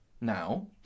now